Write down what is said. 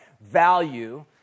value